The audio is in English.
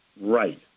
Right